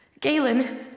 Galen